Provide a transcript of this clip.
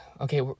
Okay